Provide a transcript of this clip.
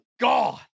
God